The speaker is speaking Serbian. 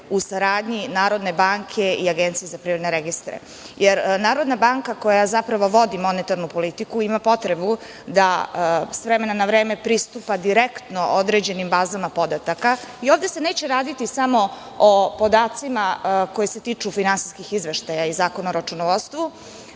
u saradnji Narodne banke i APR. Jer, Narodna banka koja zapravo vodi monetarnu politiku i ima potrebu da s vremena na vreme pristupa direktno određenim bazama podataka i ovde se neće raditi samo o podacima koji se tiču finansijskih izveštaja i Zakona o računovodstvu,